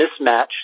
mismatch